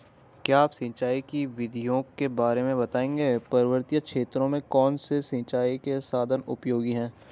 क्या आप सिंचाई की विधियों के बारे में बताएंगे पर्वतीय क्षेत्रों में कौन से सिंचाई के साधन उपयोगी हैं?